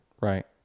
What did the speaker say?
Right